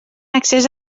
accés